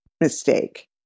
mistake